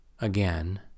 again